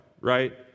right